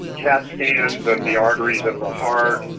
cat scans of the arteries of the heart,